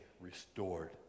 restored